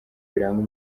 biranga